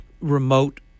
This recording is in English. remote